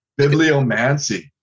Bibliomancy